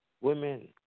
women